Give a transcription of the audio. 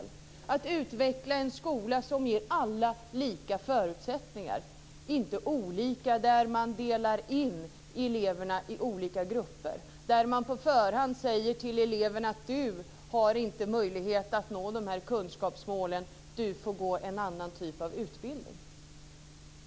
Vi vill utveckla en skola som ger alla lika förutsättningar, inte olika där eleverna delas in i olika grupper, där man på förhand säger till eleverna att de inte har möjlighet att nå kunskapsmålen och de får gå en annan typ av utbildning.